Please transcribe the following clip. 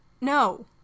No